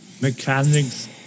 mechanics